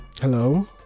Hello